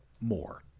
more